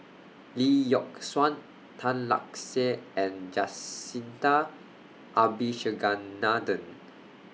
Lee Yock Suan Tan Lark Sye and Jacintha Abisheganaden